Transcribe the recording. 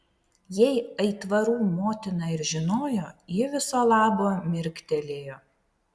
jei aitvarų motina ir žinojo ji viso labo mirktelėjo